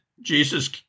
Jesus